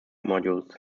modules